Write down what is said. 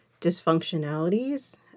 dysfunctionalities